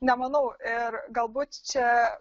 nemanau ir galbūt čia